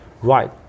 right